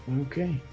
Okay